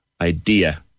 idea